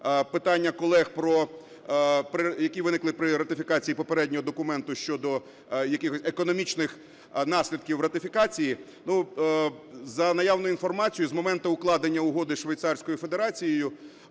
питання колег про… які виникли при ратифікації попереднього документу щодо економічних наслідків ратифікації. Ну, за наявною інформацією, з моменту укладення Угоди зі Швейцарською Федерацією,